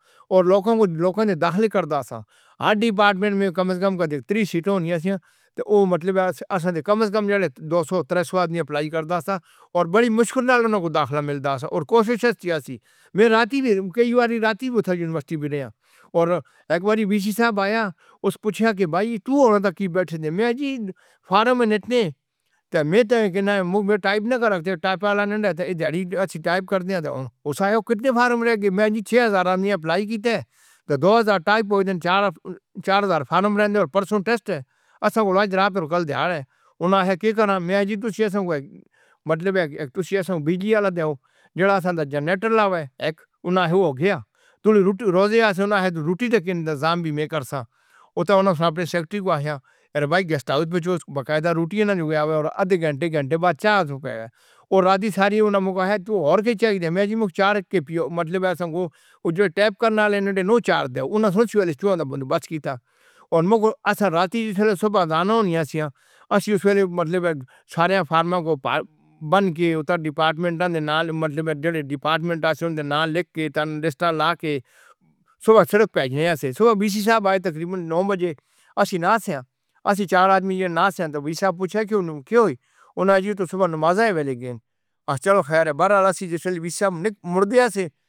اور لوگوں کو لوکل میں داخل کر دیتا تھا۔ ہر ڈیپارٹمنٹ میں کم از کم تیس سیٹیں ہونی چاہئیں تھیں اور مطلب کم از کم دو سو تین سو آدمی اپلائی کرتا تھا اور بڑی مشکل نال اُن کو داخلہ ملتا تھا اور کوشش چ اسی رات بھی کئی بار رات بھی اُتھے یونیورسٹی میں رہے ہیں اور ایک بار وی سی صاحب آیا۔ اُس نے پوچھا کہ بھائی تُو اِدھر تک کیوں بیٹھے ہیں؟ میں جی فارم بھرتے ہیں تو میں ٹائپ لینا ہے تو یہ سب ٹائپ کر دیا تھا اور سو کتنے فارم لگے۔ میں جی چھہ ہزار آدمی اپلائی کیتے تو دو ہزار ٹائپ ہو چار چار ہزار فارم رہنے اور پرسوں ٹیسٹ ہے۔ اب ہم کو کل دہاڑا ہے۔ اُنہوں نے کام میں جی تو ایسا مطلب ہے۔ تُجھے ایسا بجلی والا جنریٹر لگائے۔ ایک اُنہوں نے ہو گیا۔ تو روٹی روز اونہ ہے تو روٹی کے انتظام بھی میں کر سکتا ہوں۔ اپنے سیکرٹری کو ایسا گیسٹ ہاؤس میں باقاعدہ روٹی لینے آؤ اور آدھے گھنٹے گھنٹے بعد چائے پیئے اور رات ساری اُن میں ہور کے چرچہ میں چار کیپ مطلب ٹائپ کرنے والے نو چار اُن سے بات کیتا اور رات بھی تھے صبح آنا ہونا۔ ایسی سویرے مطلب سارے فارم کو بن کے اُत्तर ڈیپارٹمنٹ کے نام مطلب ڈیپارٹمنٹ کے نام لکھ کے تان لسٹ لاکر صبح کھڑکی پر ایسی صبح بھی صاحب آئے۔ تقریباً نو بجے آسی نا آسی چار آدمی ناسے تو وسا پوچھے کیوں کیوں اُن سے تو صبح نماز وغیرہ چل۔ خیر، بہرحال، اُسی وسا مُردے سے۔